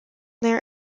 their